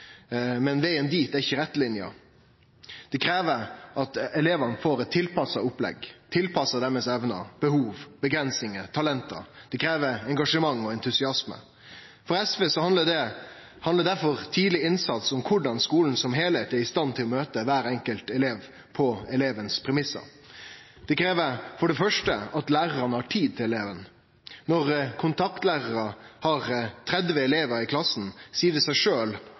men vegen dit er ikkje rettlinja. Det krev at elevane får eit tilpassa opplegg, tilpassa deira evner, behov, avgrensingar og talent. Det krev engasjement og entusiasme. For SV handlar difor tidleg innsats om korleis skulen som heilheit er i stand til å møte kvar enkelt elev på elevens premissar. Det krev for det første at lærarane har tid til eleven. Når kontaktlæraren har 30 elevar i klassen, seier det seg